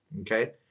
okay